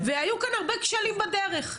והיו כאן הרבה כשלים בדרך,